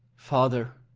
father,